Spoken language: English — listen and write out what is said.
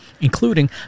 including